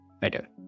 better